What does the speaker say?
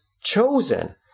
chosen